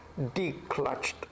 declutched